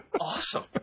Awesome